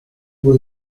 will